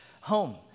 home